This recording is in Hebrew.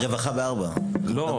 ועדת הרווחה בשעה 16:00. לא.